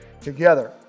together